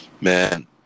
man